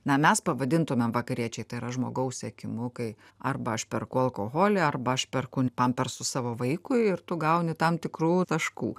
na mes pavadintumėm vakariečiai tai yra žmogaus sekimu kai arba aš perku alkoholį arba aš perku pampersų savo vaikui ir tu gauni tam tikrų taškų